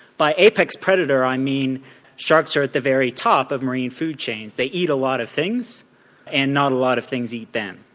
by apex predator i mean sharks are at the very top of marine food chains, they eat a lot of things and not a lot of things eat them.